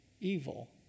evil